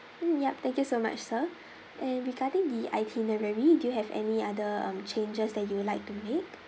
mm ya thank you so much sir and regarding the itinerary do you have any other um changes that you would like to make